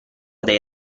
dai